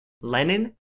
Lenin